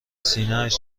سینهاش